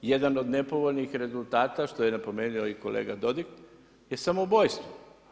Jedan od nepovoljnih rezultata što je napomenuo i kolega Dodig je samoubojstvo.